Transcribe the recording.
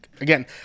Again